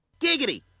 Giggity